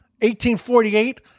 1848